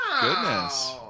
goodness